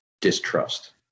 distrust